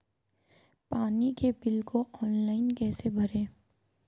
पानी के बिल को ऑनलाइन कैसे भरें?